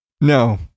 no